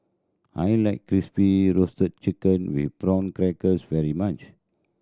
I like Crispy Roasted Chicken with Prawn Crackers very much